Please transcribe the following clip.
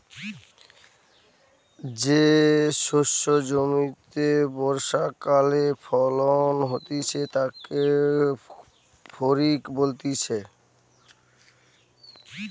যে শস্য জমিতে বর্ষাকালে ফলন হতিছে তাকে খরিফ বলতিছে